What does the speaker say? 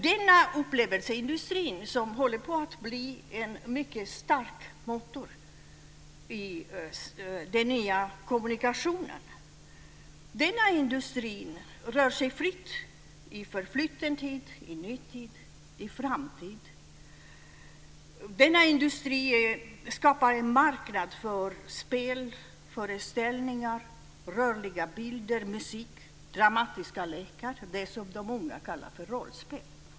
Denna upplevelseindustri, som håller på att bli en mycket stark motor i den nya kommunikationen, rör sig fritt i förfluten tid, i nutid och i framtid. Denna industri skapar en marknad för spel, föreställningar, rörliga bilder, musik och dramatiska lekar - det som de unga kallar för rollspel.